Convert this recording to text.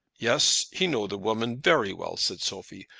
yes he know the woman very well, said sophie.